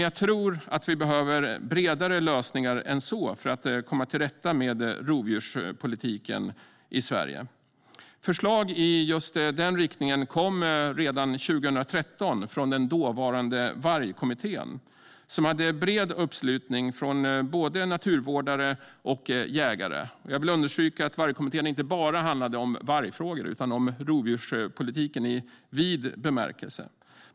Jag tror dock att vi behöver bredare lösningar än så för att komma till rätta med rovdjurspolitiken i Sverige. Förslag i just den riktningen kom redan 2013 från dåvarande Vargkommittén, som hade bred uppslutning från både naturvårdare och jägare. Jag vill understryka att Vargkommittén inte bara handlade om vargfrågor utan även om rovdjurspolitiken i vid bemärkelse.